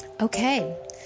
Okay